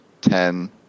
ten